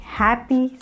happy